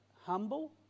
humble